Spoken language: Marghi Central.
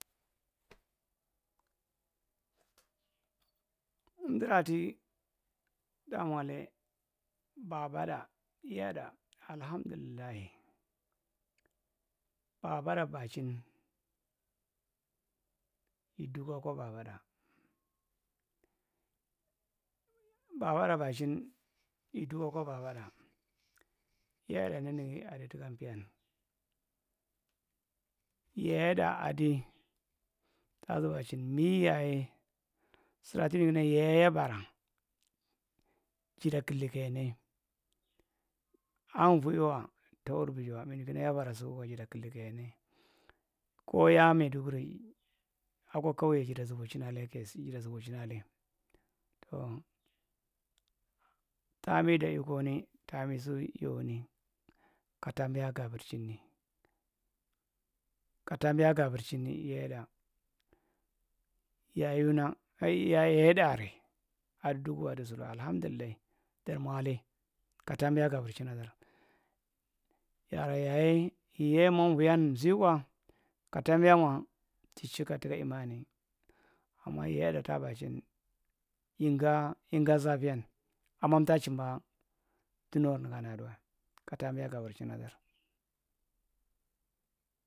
Umdiraadi tamole babatda, iyatda, alahamdullai babatda baa- chi iɗugu- kwa babat da iyatda niningi adi taka impiyan yeyetda adi taa zubo chin mil yaye sirann unu kana yeyan yabaro jada killi kaya nae unvi wa ta aurbijiwa minu kana yabara sigi kwa jaba killi kaya nai ko ya maiduguri akwa kauye jada zubo chinaa le kayasi jada zubo china le tou taambi day yikoni taambi yow- ni ka taambiyaa gabir chinni ka ta ambiya gabir chin yiyetda yayuna aai yiyetda arrae adi duguwae adi sutd wa alahamdullai dar mwaa l biyaa gabir chinadar ya- arra yay ae yiyae ma uviyan mzi- kwa ka taambiyaa mwa ki chikka tikka immani ingaa zafiyan ama umataa chimba ɗinawar nigan aɗuwae ka taambiyaa gabir chinadar